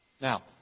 Now